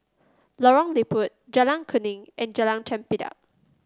Lorong Diput Jalan Kuning and Jalan Chempedak